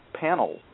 panel